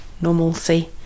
normalcy